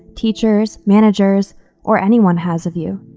teachers, managers or anyone has of you,